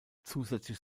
zusätzlich